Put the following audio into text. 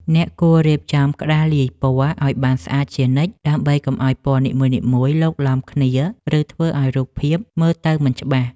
អ្នកគួររៀបចំក្តារលាយពណ៌ឱ្យបានស្អាតជានិច្ចដើម្បីកុំឱ្យពណ៌នីមួយៗឡូកឡំគ្នា ឬ ធ្វើឱ្យរូបភាពមើលទៅមិនច្បាស់។